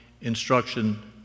instruction